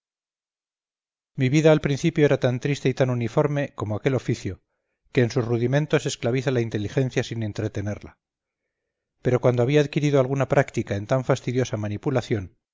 mi vida al principio era tan triste y tan uniforme como aquel oficio que en sus rudimentos esclaviza la inteligencia sin entretenerla pero cuando había adquirido alguna práctica en tan fastidiosa manipulación